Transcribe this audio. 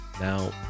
Now